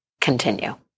continue